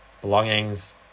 belongings